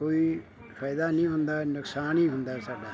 ਕੋਈ ਫਾਇਦਾ ਨਹੀਂ ਹੁੰਦਾ ਨੁਕਸਾਨ ਹੀ ਹੁੰਦਾ ਸਾਡਾ